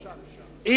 אפשר, אפשר.